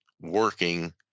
working